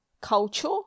culture